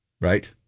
Right